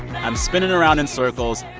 i'm spinning around in circles.